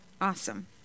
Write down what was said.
Awesome